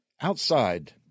Outside